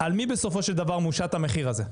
על מי בסופו של דבר מושת המחיר הזה,